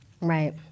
Right